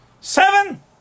Seven